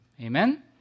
Amen